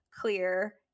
clear